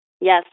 Yes